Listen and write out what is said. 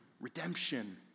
redemption